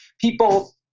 people